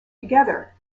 together